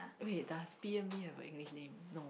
wait does P_M-Lee have a English name no